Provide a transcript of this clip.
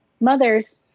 mothers